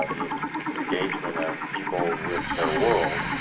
ah the and engagement of people with their world,